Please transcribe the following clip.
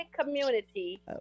community